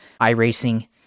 iRacing